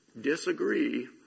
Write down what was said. disagree